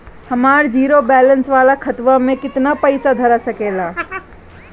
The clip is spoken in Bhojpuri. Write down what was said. हमार जीरो बलैंस वाला खतवा म केतना पईसा धरा सकेला?